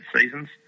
seasons